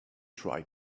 try